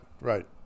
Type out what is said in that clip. right